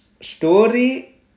story